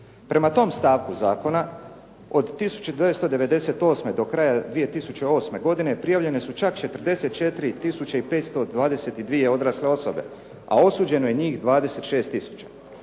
Prema tom stavku zakona od 1998. do kraja 2008. godine prijavljene su čak 44 tisuće i 522 odrasle osobe, a osuđeno je njih 26